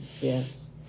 Yes